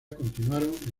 continuaron